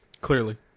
Clearly